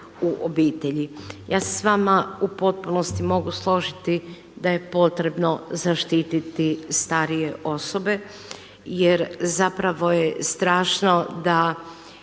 u obitelji. Ja se s vama u potpunosti mogu složiti da je potrebno zaštititi starije osobe jer zapravo je strašno da